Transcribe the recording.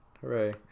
Hooray